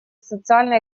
социально